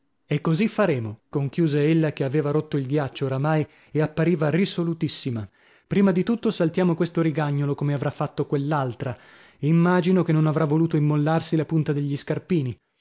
e così faremo conchiuse ella che aveva rotto il ghiaccio oramai e appariva risolutissima prima di tutto saltiamo questo rigagnolo come avrà fatto quell'altra immagino che non avrà voluto immollarsi la punta degli scarpini